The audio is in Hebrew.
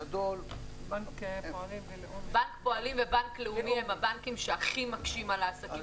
בנק פועלים ובנק לאומי הם הבנקים שהכי מקשים על העסקים